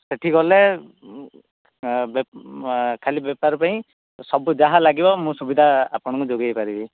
ସେଠି ଗଲେ ଖାଲି ବେପାର ପାଇଁ ସବୁ ଯାହା ଲାଗିବ ମୁଁ ସୁବିଧା ଆପଣଙ୍କୁ ଯୋଗେଇ ପାରିବି